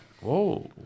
Whoa